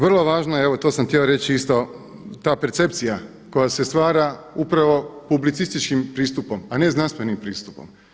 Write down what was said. Vrlo važno je, evo to sam htio reći isto ta percepcija koja se stvara upravo publicističkim pristupom, a ne znanstvenim pristupom.